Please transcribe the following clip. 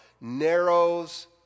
narrows